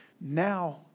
now